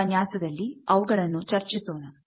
ಈ ಉಪನ್ಯಾಸದಲ್ಲಿ ಅವುಗಳನ್ನು ನಾವು ಚರ್ಚಿಸೋಣ